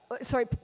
sorry